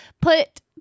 put